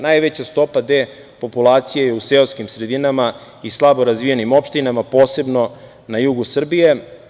Najveća stopa depopulacije je u seoskim sredinama i slabo razvijenim opštinama, posebno na jugu Srbije.